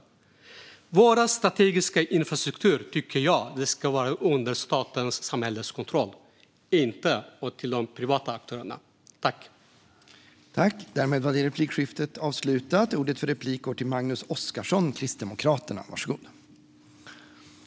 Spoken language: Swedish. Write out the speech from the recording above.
Jag tycker att vår strategiska infrastruktur ska vara under statens och samhällets kontroll, inte under de privata aktörernas kontroll.